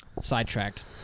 sidetracked